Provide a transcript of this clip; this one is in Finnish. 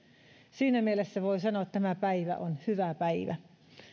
siinä mielessä voi sanoa että tämä päivä on hyvä päivä